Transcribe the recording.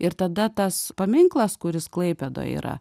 ir tada tas paminklas kuris klaipėdoj yra